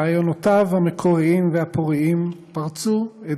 רעיונותיו המקוריים והפוריים פרצו את